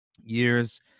years